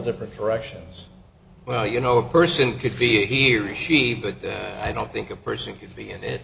different directions well you know a person could be here a she but i don't think a person could be and it